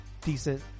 decent